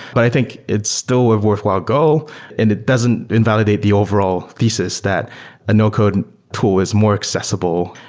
but i think it's still a worthwhile goal and it doesn't invalidate the overall thesis that a no-code tool is more accessible,